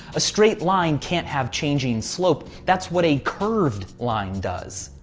a straight line can't have changing slope, that's what a curved line does.